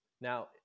Now